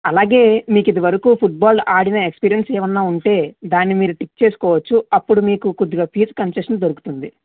అలాగే మీకు ఇదివరకు ఫుట్బాల్ ఆడిన ఎక్స్పీరియన్స్ ఏమన్నా ఉంటే దాన్ని మీరు టిక్ చేసుకోవచ్చు అప్పుడు మీకు కొద్దిగా ఫీజు కన్సేసెషన్ దొరుకుతుంది